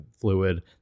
fluid